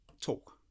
talk